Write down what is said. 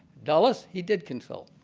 dulles he did consult.